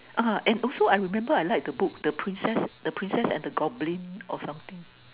ah and also I remember I like the book the princess The Princess and The Goblin or something